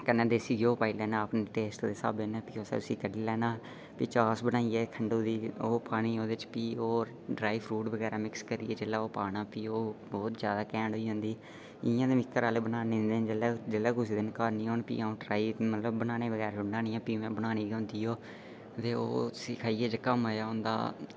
कन्नै देसी घ्यो पाई लैना अपने टेस्ट दे स्हाबें कन्नै उसी कड्डी लैना फ्ही चास बनाइयै खंडू दी ओह् पानी ओह्दे च फ्ही ओह ड्राई फ्रूट बगैरा मिक्स करियै जेल्लै ओह् पाना फ्ही ओह् बहुत जैदा घैं'ट होई आंह्दी इ'यां मिगी घरा आह्ले बनान नीं दिंदे जिसलै कुसै दिन घर नीं होन फ्ही आऊं ट्राई मतलब बनाने बगैर रौह्ना नीं ऐ फ्ही में बनानी गै होंदी ओह् तो ओह् सी खाइयै जेह्का मजा औंदा